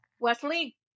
Wesley